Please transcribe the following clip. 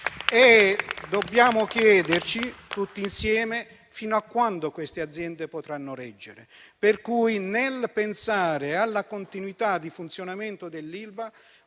Dobbiamo chiederci tutti insieme fino a quando queste aziende potranno reggere. Nel pensare alla continuità di funzionamento dell'Ilva,